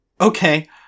Okay